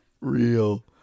real